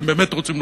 אם באמת רוצים,